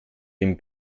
dem